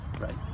right